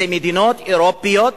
זה מדינות אירופיות,